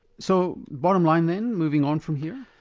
so bottom line then, moving on from here?